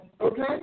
Okay